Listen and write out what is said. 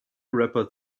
rapper